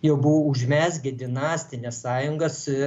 jau buvo užmezgę dinastines sąjungas